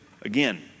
again